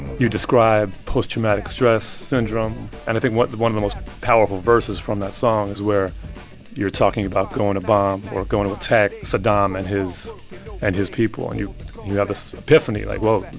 you describe post-traumatic stress syndrome. and i think one one of the most powerful verses from that song is where you're talking about going to bomb or going to attack saddam and his and his people. and you have this epiphany like, whoa,